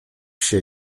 się